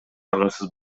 аргасыз